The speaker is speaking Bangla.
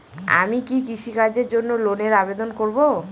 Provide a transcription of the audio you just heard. আমি কি কৃষিকাজের জন্য লোনের আবেদন করব?